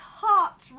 heart